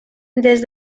des